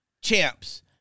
champs